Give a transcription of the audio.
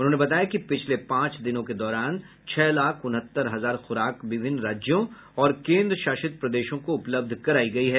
उन्होंने बताया कि पिछले पांच दिनों के दौरान छह लाख उनहत्तर हजार ख्राक विभिन्न राज्यों और केंद्र शासित प्रदेशों को उपलब्ध कराई गई है